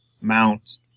mount